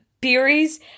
berries